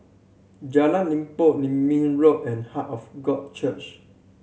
Jalan Limbok Road and Heart of God Church